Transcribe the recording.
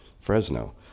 Fresno